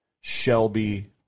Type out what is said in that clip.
Shelby